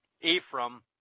Ephraim